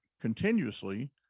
continuously